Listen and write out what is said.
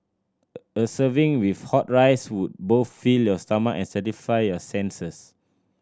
a serving with hot rice would both fill your stomach and satisfy your senses